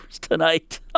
tonight